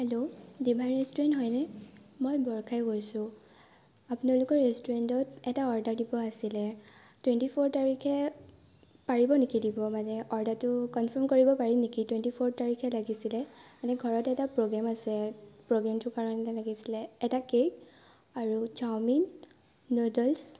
hello Deva restaurant হয়নে মই বৰ্ষাই কৈছোঁ আপোনালোকৰ ৰেষ্টুৰেণ্টৰ এটা অৰ্ডাৰ দিব আছিলে টুৱেণ্টি ফ'ৰ তাৰিখে পাৰিব নেকি দিব মানে অৰ্ডাৰটো কনফাৰ্ম কৰিব পাৰি নেকি টুৱেণ্টি ফ'ৰ তাৰিখে লাগিছিলে মানে ঘৰত এটা প্ৰগ্ৰেম আছে প্ৰগ্ৰেমটো কাৰণে লাগিছিলে এটা কেক আৰু চাওমিন নুডলচ